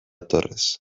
torres